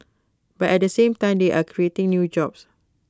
but at the same time they are creating new jobs